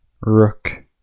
Rook